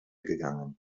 gegangen